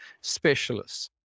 specialists